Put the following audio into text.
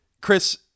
Chris